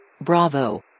Bravo